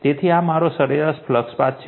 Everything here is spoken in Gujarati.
તેથી આ મારો સરેરાશ ફ્લક્સ પાથ છે